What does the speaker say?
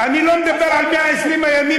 אני לא מדבר על "צוות 120 הימים",